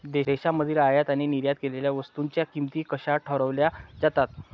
देशांमधील आयात आणि निर्यात केलेल्या वस्तूंच्या किमती कशा ठरवल्या जातात?